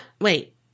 Wait